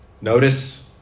Notice